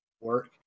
work